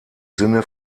sinne